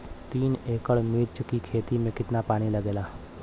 तीन एकड़ मिर्च की खेती में कितना पानी लागेला?